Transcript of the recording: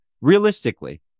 realistically